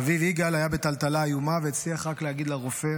אביו יגאל היה בטלטלה איומה והצליח רק להגיד לרופא